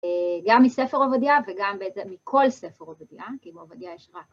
גם מספר עובדיה וגם מכל ספר עובדיה, כי בעובדיה יש רק...